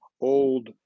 old